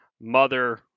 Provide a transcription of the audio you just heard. mother